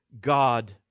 God